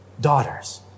daughters